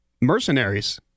mercenaries